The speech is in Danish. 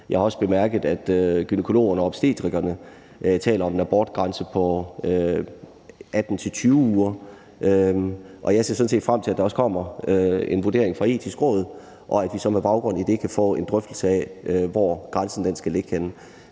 Jeg har bemærket, at gynækologerne og obstetrikerne taler om en abortgrænse på 18-20 uger. Jeg ser sådan set frem til, at der også kommer en vurdering fra Det Etiske Råd, og at vi så med baggrund i det kan få en drøftelse af, hvor grænsen skal ligge henne.